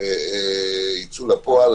יצאו לפועל.